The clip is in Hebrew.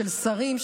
של שרים,